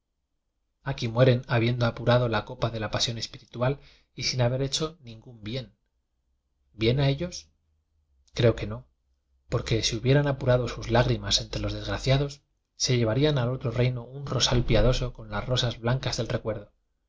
aquí mueren habiendo apurado la copa de la pasión espiritual y sin haber hecho ningún bien bien a ellos creo que no porque si hubieran apurado sus lágri mas entre los desgraciados se llevarían al otro reino un rosal piadoso con las rosas blancas del recuerdo